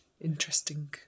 interesting